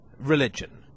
religion